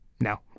No